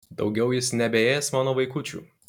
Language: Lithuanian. daugiau jis nebeės mano vaikučių